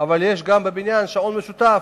אבל יש בבניין גם שעון משותף,